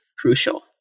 crucial